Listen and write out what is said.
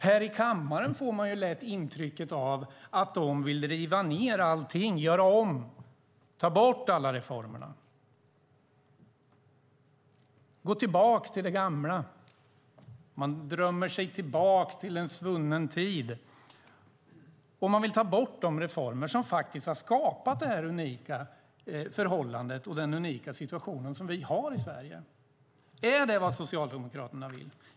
Här i kammaren får man lätt intrycket av att de vill riva ned allting, göra om och ta bort alla reformerna och gå tillbaka till det gamla. Man drömmer sig tillbaka till en svunnen tid och vill ta bort de reformer som har skapat det unika förhållande och den unika situation vi har i Sverige. Är det vad Socialdemokraterna vill?